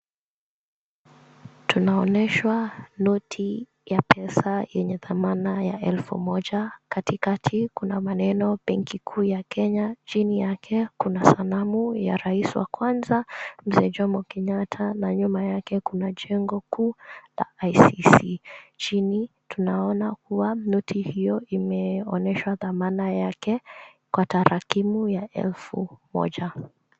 Tunaonyeshwa noti ya pesa yenye thamana ya elfu moja. Katikati kuna maneno benki kuu ya Kenya. Chini yake kuna sanamu ya rais wa kwanza mzee Jomo Kenyatta na nyuma yake kuna jengo kuu la KICC. Chini tunaona kuwa noti hiyo imeonyeshwa thamana yake kwa tarakimu ya elfu moja.